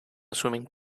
swimming